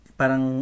parang